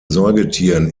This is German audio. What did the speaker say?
säugetieren